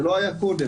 זה לא היה קודם.